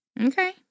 Okay